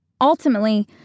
Ultimately